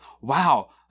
Wow